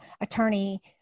attorney